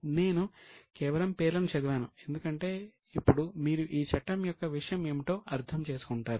నేను కేవలం పేర్లను చదివాను ఎందుకంటే ఇప్పుడు మీరు ఈ చట్టం యొక్క విషయం ఏమిటో అర్థం చేసుకుంటారు